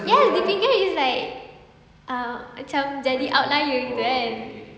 ya dipinggir is like ah macam jadi outlier gitu kan